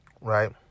right